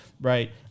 Right